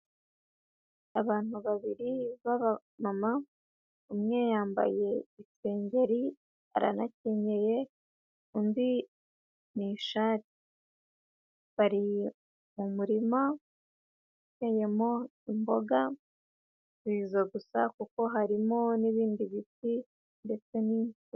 Abantu babiri b'abamama umwe yambaye isengeri aranakenyeye, undi ni ishati, bari mu murima uteyemo imboga. Si izo gusa gusa kuko harimo n'ibindi biti ndetse n'imbuto.